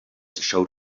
showed